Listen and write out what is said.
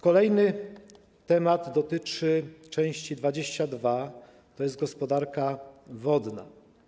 Kolejny temat dotyczy części 22: Gospodarka wodna.